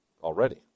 Already